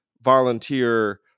volunteer